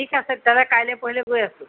ঠিক আছে তেতিয়াহ'লে কাইলৈ পৰহিলৈ গৈ আছোঁ